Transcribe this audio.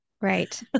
Right